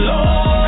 Lord